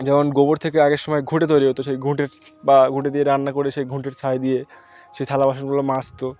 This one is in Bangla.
যেমন গোবর থেকে আগের সময় ঘুঁটে তৈরি হতো সেই ঘুঁটের বা ঘুঁটে দিয়ে রান্না করে সেই ঘুঁটের ছাই দিয়ে সেই থালা বাসনগুলো মাজত